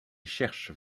cherchent